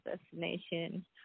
destination